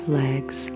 legs